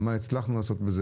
מה הצלחנו לעשות בזה,